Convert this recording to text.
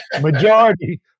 majority